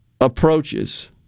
approaches